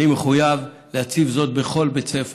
אני מחויב להציב זאת בכל בית ספר.